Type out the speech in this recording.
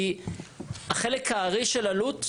כי החלק הארי של עלות,